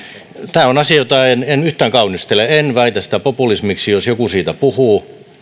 tämä on asia jota en en yhtään kaunistele en väitä sitä populismiksi jos joku siitä puhuu se